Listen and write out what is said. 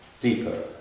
Deeper